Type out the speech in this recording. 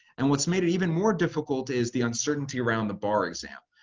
and what's made it even more difficult is the uncertainty around the bar exam.